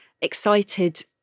excited